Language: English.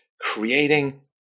creating